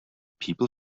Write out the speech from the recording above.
people